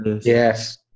Yes